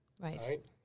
Right